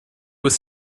was